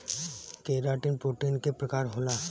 keratin protein के प्रकार होला